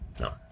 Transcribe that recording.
no